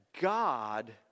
God